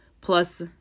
plus